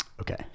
Okay